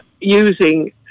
using